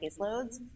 caseloads